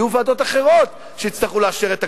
יהיו ועדות אחרות שיצטרכו לאשר את הכבישים,